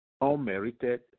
unmerited